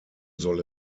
soll